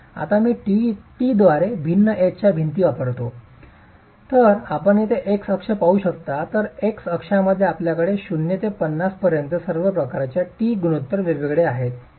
आता मी t द्वारे भिन्न h च्या भिंती वापरतो तर आपण येथे X अक्ष पाहू शकता तर X अक्षामध्ये आपल्याकडे 0 ते 50 पर्यंत सर्व प्रकारच्या t गुणोत्तर वेगवेगळे आहे